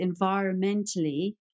environmentally